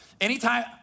Anytime